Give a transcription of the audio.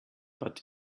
but